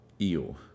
eel